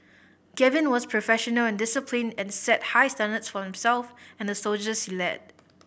Gavin was professional and disciplined and set high standards for himself and the soldiers he led